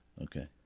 Okay